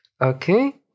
Okay